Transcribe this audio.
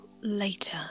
later